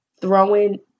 throwing